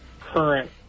current